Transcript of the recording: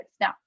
Now